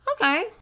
Okay